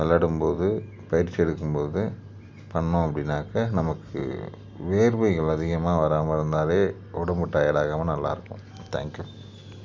விளையாடும் போது பயிற்சி எடுக்கும் போது பண்ணோம் அப்படின்னாக்க நமக்கு வேர்வைகள் அதிகமாக வராமல் இருந்தாலே உடம்பு டயர்டாகாமல் நல்லாயிருக்கும் தேங்க்யூ